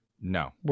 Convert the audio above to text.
No